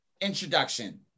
introduction